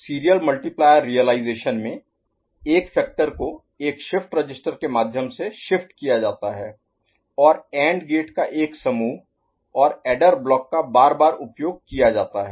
serial multiplier realisation में एक factor को एक शिफ्ट रजिस्टर के माध्यम से शिफ्ट किया जाता है और एंड गेट का एक समूह और ऐडर ब्लॉक का बार बार उपयोग किया जाता है